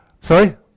Sorry